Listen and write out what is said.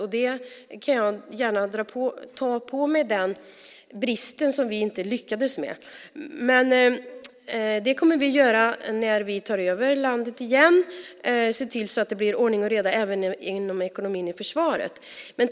Jag kan gärna ta på mig att det var en brist att vi inte lyckades med det. När vi återigen tar över landet kommer vi att se till att det blir ordning och reda även i försvarets ekonomi.